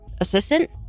Assistant